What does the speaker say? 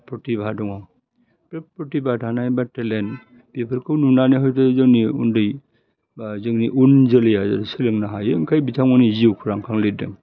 प्रतिभा दङ बे प्रतिभा थानाय बा टेलेन्ट बिफोरखौ नुनानै हयथ' जोंनि उन्दै बा जोंनि उन जोलैआ जाहाते सोलोंनो हायो ओंखाय बिथांमोननि जिउ खौरांखौ लिरदों